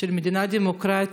של מדינה דמוקרטית,